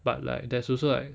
but like there's also like